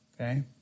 Okay